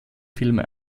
filme